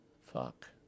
Fuck